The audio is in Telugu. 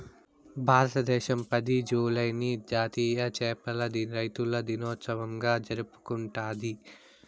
భారతదేశం పది, జూలైని జాతీయ చేపల రైతుల దినోత్సవంగా జరుపుకుంటాది